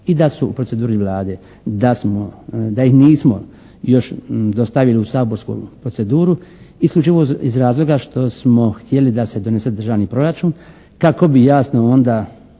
i da su u proceduri Vlade, da ih nismo još dostavili u saborsku proceduru isključivo iz razloga što smo htjeli da se donese državni proračun kako bi jasno onda